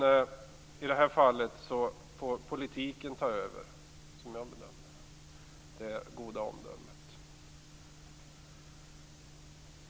I det här fallet får politiken ta över det goda omdömet.